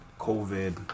COVID